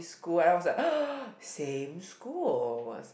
school and I was like same school was like